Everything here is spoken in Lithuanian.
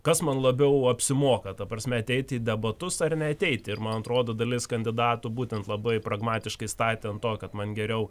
kas man labiau apsimoka ta prasme ateiti į debatus ar neateiti ir man atrodo dalis kandidatų būtent labai pragmatiškai statė ant to kad man geriau